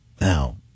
Now